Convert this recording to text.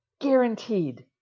guaranteed